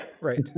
Right